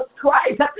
Christ